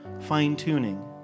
fine-tuning